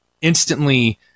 instantly